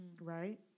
right